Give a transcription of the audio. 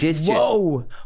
Whoa